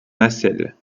nacelle